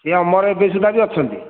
ସେ ଅମର ଏବେ ସୁଦ୍ଧା ବି ଅଛନ୍ତି